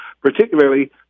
particularly